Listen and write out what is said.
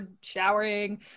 showering